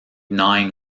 nine